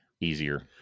easier